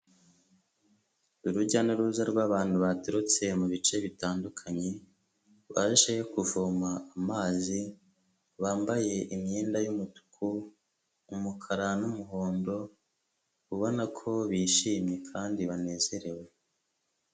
Urujya n'uruza rw'abantu baturutse mu bice bitandukanye, baje kuvoma amazi, bambaye imyenda y'umutuku, umukara n'umuhondo, ubona ko bishimye kandi banezerewe.